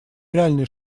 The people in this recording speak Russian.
реальный